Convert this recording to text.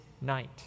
night